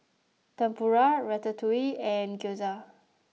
Tempura Ratatouille and Gyoza